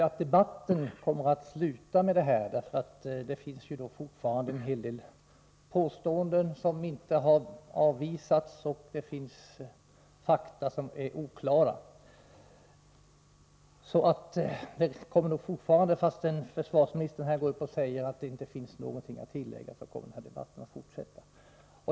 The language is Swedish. Att debatten kommer att sluta med detta tror jag inte, för det finns fortfarande en hel del påståenden som inte har avvisats, och det finns fakta som är oklara. Så debatten kommer nog att fortsätta, trots att försvarsministern här går upp och säger att det inte finns något att tillägga.